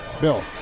Bill